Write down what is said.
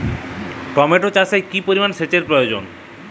Tomato চাষে কি পরিমান সেচের প্রয়োজন?